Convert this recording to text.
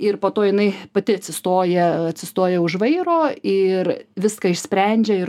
ir po to jinai pati atsistoja atsistoja už vairo ir viską išsprendžia ir